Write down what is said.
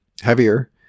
heavier